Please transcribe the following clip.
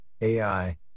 AI